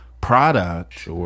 product